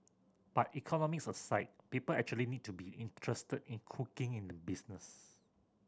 but economics aside people actually need to be interested in cooking in the business